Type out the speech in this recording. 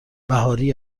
بهاری